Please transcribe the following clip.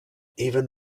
even